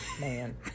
man